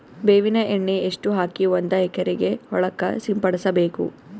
ಬೇವಿನ ಎಣ್ಣೆ ಎಷ್ಟು ಹಾಕಿ ಒಂದ ಎಕರೆಗೆ ಹೊಳಕ್ಕ ಸಿಂಪಡಸಬೇಕು?